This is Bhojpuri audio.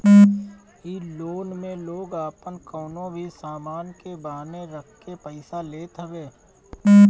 इ लोन में लोग आपन कवनो भी सामान के बान्हे रखके पईसा लेत हवे